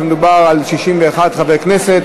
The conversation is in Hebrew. מדובר על 61 חברי כנסת.